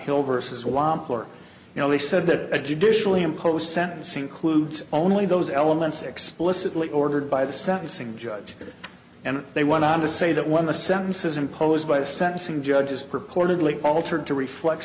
pill versus wampler you know they said that a judicially impose sentence includes only those elements explicitly ordered by the sentencing judge and they went on to say that when the sentences imposed by a sentencing judge is purportedly altered to reflect